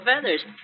feathers